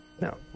No